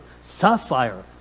sapphire